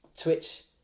Twitch